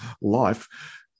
life